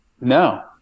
No